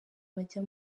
bajya